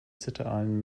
zitteraalen